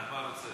נחמן רוצה.